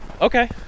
Okay